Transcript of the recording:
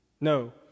No